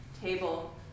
Table